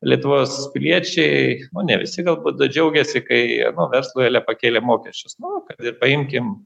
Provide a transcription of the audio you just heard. lietuvos piliečiai nu ne visi galbūt dar džiaugiasi kai nu verslui ale pakėlė mokesčius nu kad ir paimkim